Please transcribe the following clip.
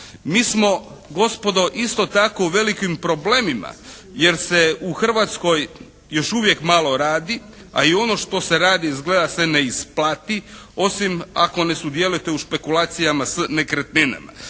Mi smo gospodo isto tako u velikim problemima, jer se u Hrvatskoj još uvijek malo radi, a i ono što se radi izgleda se ne isplati, osim ako ne sudjelujete u špekulacijama sa nekretninama.